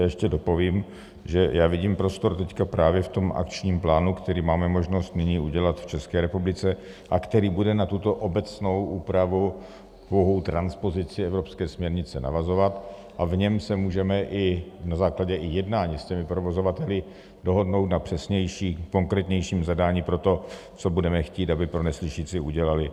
Jenom dopovím, že vidím prostor právě teď, v akčním plánu, který máme možnost nyní udělat v České republice a který bude na tuto obecnou úpravu v transpozici evropské směrnice navazovat, a v něm se můžeme na základě i jednání s provozovateli dohodnout na přesnějším, konkrétnějším zadání pro to, co budeme chtít, aby pro neslyšící udělali.